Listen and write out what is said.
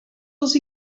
els